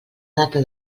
data